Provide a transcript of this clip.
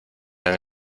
han